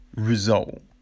result